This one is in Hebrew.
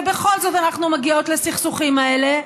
ובכל זאת אנחנו מגיעות לסכסוכים האלה,